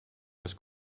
was